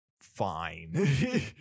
fine